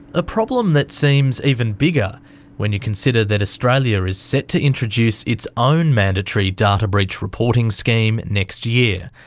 a problem that seems even bigger when you consider that australia is set to introduce its own mandatory data breach reporting scheme next year,